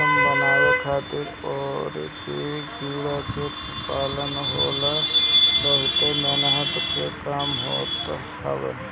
रेशम बनावे खातिर ओकरी कीड़ा के पालन होला इ बहुते मेहनत के काम होत हवे